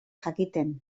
jakiten